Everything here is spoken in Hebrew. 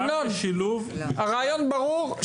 אמנון, הרעיון ברור.